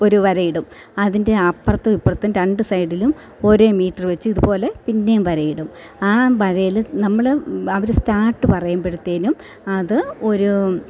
ഒരു വരയിടും അതിൻ്റെ അപ്പറത്തും ഇപ്പറത്തും രണ്ട് സൈഡിലും ഒരേ മീറ്റർ വെച്ച് ഇതുപോലെ പിന്നെയും വരയിടും ആ വരയില് നമ്മള് അവര് സ്റ്റാർട്ട് പറയുമ്പോഴത്തേനും അത് ഒരു